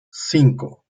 cinco